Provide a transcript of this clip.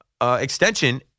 extension